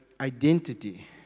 identity